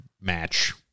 match